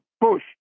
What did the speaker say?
push